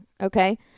okay